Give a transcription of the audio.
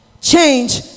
change